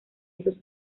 esos